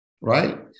right